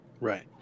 Right